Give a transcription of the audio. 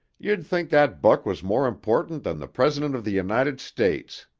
you'd think that buck was more important than the president of the united states.